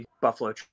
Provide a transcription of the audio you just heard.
Buffalo